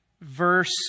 Verse